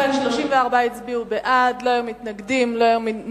בעד, 34, לא היו מתנגדים ולא היו נמנעים.